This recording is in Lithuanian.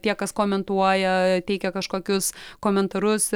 tie kas komentuoja teikia kažkokius komentarus